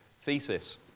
thesis